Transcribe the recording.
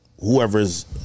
whoever's